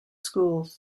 schools